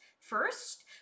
first